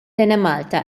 enemalta